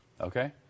Okay